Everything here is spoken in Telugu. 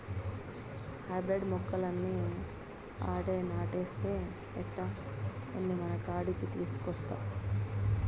హైబ్రిడ్ మొక్కలన్నీ ఆడే నాటేస్తే ఎట్టా, కొన్ని మనకాడికి తీసికొనొస్తా